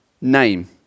name